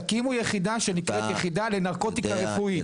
תקימו יחידה שנקראת: "יחידה לנרקוטיקה רפואית",